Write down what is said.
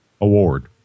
award